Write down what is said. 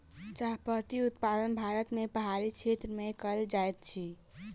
चाह पत्ती उत्पादन भारत के पहाड़ी क्षेत्र में कयल जाइत अछि